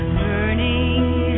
burning